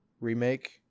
remake